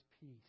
peace